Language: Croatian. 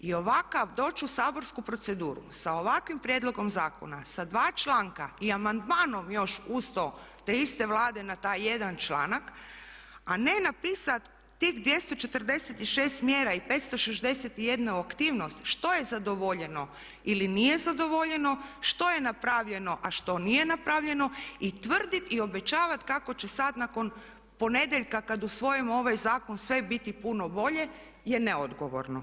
I ovakav doći u saborsku proceduru sa ovakvim prijedlogom zakona sa dva članka i amandmanom još uz to te iste Vlade na taj jedan članak a ne napisati tih 246 mjera i 561 aktivnost što je zadovoljeno ili nije zadovoljeno, što je napravljeno, a što nije napravljeno i tvrdit i obećavat kako će sad nakon ponedjeljka kad usvojimo ovaj zakon sve biti puno bolje je neodgovorno.